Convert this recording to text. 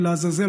ולעזאזל,